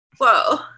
whoa